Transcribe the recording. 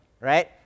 Right